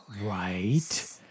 right